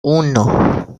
uno